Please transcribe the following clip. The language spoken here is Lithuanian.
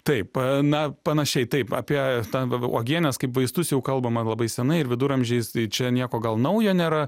taip na panašiai taip apie tą uogienės kaip vaistus jau kalbama labai senai ir viduramžiais tai čia nieko gal naujo nėra